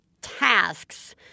tasks